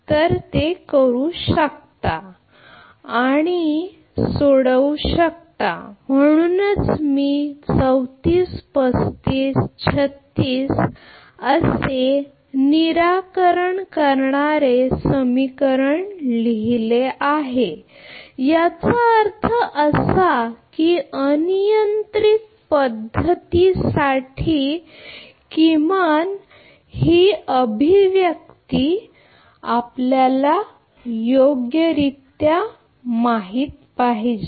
तर जर आपण तसे केले तर आणि सोडवा म्हणूनच मी 34 35 36 असे निराकरण करणारे समीकरण लिहित आहे याचा अर्थ असा की अनियंत्रित मोड साठी किमान ही अभिव्यक्ती आपल्याला योग्य रित्या माहित पाहिजे